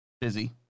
Busy